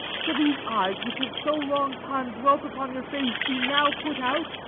shall these eyes, which have so long time dwelt upon your face, be now put out?